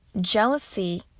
jealousy